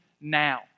now